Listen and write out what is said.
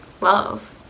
love